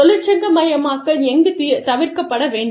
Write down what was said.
தொழிற்சங்க மயமாக்கல் எங்குத் தவிர்க்கப்பட வேண்டும்